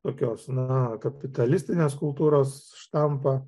tokios na kapitalistinės kultūros štampą